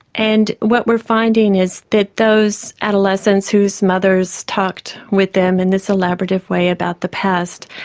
and what we're finding is that those adolescents whose mothers talked with them in this elaborative way about the past,